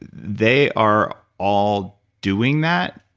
they are all doing that,